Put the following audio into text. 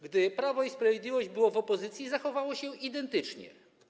Gdy Prawo i Sprawiedliwość było w opozycji, zachowywało się identycznie.